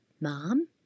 mom